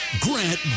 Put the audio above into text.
Grant